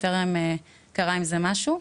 אבל טרם קרה עם זה משהו.